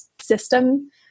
system